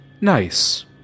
nice